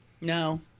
No